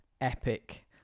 epic